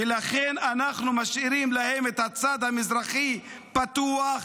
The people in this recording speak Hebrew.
ולכן אנחנו משאירים להם את הצד המזרחי פתוח.